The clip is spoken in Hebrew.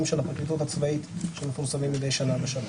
של הפרקליטות הצבאית שמפורסמים מדי שנה בשנה.